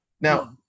Now